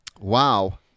Wow